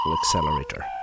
accelerator